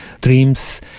dreams